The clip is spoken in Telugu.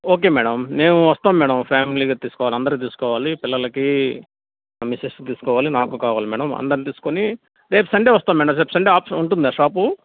ఓకే మేడమ్ మేము వస్తాము మేడమ్ ఫ్యామిలీగా తీసుకోవాలి అందరూ తీసుకోవాలి పిల్లలకీ మా మిసెస్కి తీసుకోవాలి నాకు కావాలి మేడమ్ అందరిని తీసుకుని రేపు సండే వస్తాము మేడమ్ రేపు సండే ఉంటుందా షాపు